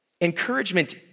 Encouragement